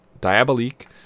Diabolique